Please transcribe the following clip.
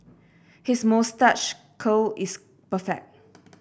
his moustache curl is perfect